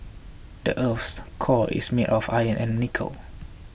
the earth's core is made of iron and nickel